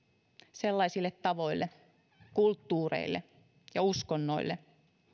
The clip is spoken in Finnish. sellaisille tavoille kulttuureille ja uskonnoille